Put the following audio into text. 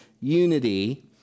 unity